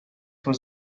was